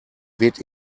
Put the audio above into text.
weht